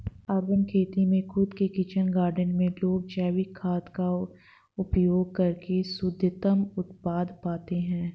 urban खेती में खुद के किचन गार्डन में लोग जैविक खाद का उपयोग करके शुद्धतम उत्पाद पाते हैं